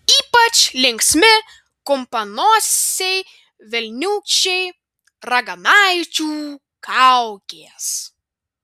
ypač linksmi kumpanosiai velniūkščiai raganaičių kaukės